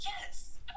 yes